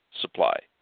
supply